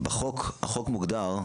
החוק מוגדר: